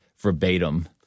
verbatim